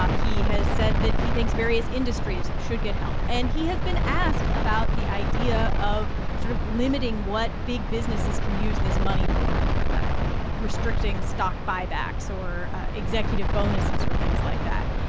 ah he has said that he thinks various industries should get help and he has been asked about the idea of sort of limiting what big businesses can use this money for restricting stock buybacks or executive bonuses or things like that.